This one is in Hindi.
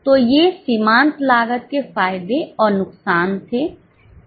तो ये सीमांत लागत के फायदे और नुकसान थे